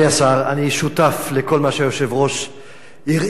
אני שותף לכל מה שהיושב-ראש הרעיף עליך,